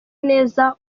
neza